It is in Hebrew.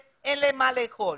קלאודיה,